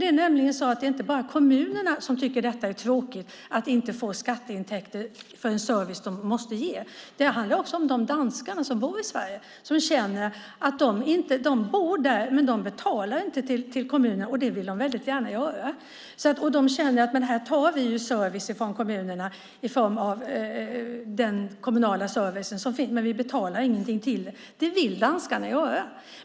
Det är nämligen inte bara kommunerna som tycker att det är tråkigt att inte få skatteintäkter för en service de måste ge. Det handlar också om de danskar som bor i Sverige. De bor där, men de betalar inte till kommunen och det vill de gärna göra. De känner att de tar del av den kommunala service som finns, men de betalar ingenting till kommunen. Och det vill danskarna göra.